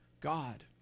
God